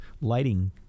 lighting